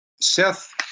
Seth